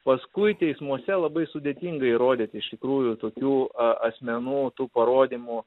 paskui teismuose labai sudėtinga įrodyti iš tikrųjų tokių a asmenų tų parodymų